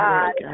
God